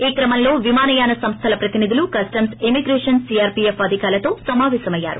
ఈ క్రమంలో విమానయాన సంస్దల ప్రతినిధులు కస్టమ్స్ ఇమిగ్రేషన్ సిఆర్చీఎఫ్ అధికారులతో సమాపేశమయ్యారు